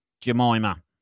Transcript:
Jemima